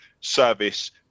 service